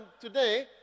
today